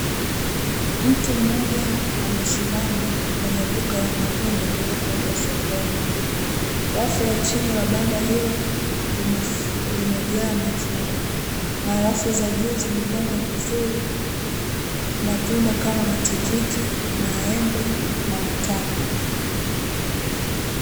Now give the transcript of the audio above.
Mtu mmoja amesimama kwenye duka la matunda lilokuwepo sokoni. Rafu ya chini la banda hilo limejaa machungwa na rafu za juu zimepangwa vizuri matunda kama: matikiti, maembe na matango.